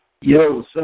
Yo